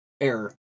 error